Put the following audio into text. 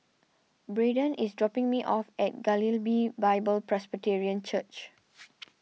Braedon is dropping me off at Galilee Bible Presbyterian Church